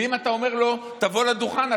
ואם אתה אומר לו: תבוא לדוכן,